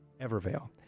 Evervale